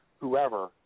whoever